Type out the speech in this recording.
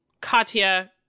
Katya